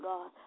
God